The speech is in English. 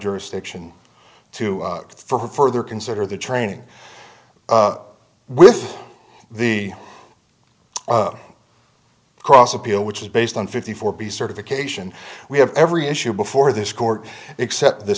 jurisdiction to for further consider the training with the cross appeal which is based on fifty four b certification we have every issue before this court except the